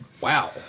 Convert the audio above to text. Wow